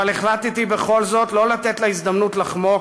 אבל החלטתי בכל זאת שלא לתת להזדמנות לחמוק,